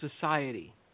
society